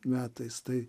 metais tai